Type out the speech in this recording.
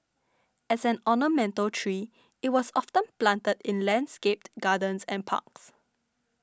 as an ornamental tree it was often planted in landscaped gardens and parks